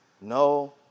no